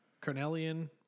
Carnelian